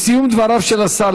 בסיום דבריו של השר,